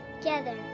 Together